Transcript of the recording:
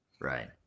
Right